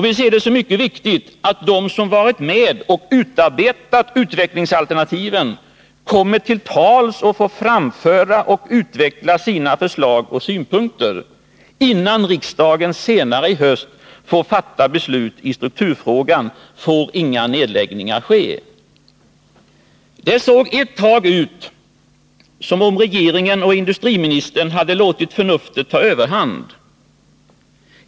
Vi ser det som mycket viktigt att de som varit med och utarbetat utvecklingsalternativen kommer till tals och får framföra och utveckla sina förslag och synpunkter. Innan riksdagen senare i höst får fatta beslut i strukturfrågan får inga nedläggningar ske. Det såg ett tag ut som om regeringen och industriministern hade låtit förnuftet ta överhand.